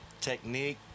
Technique